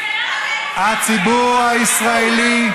אפילו לך, הציבור הישראלי,